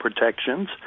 protections